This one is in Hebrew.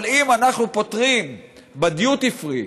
אבל אם אנחנו פוטרים בדיוטי פרי ממס,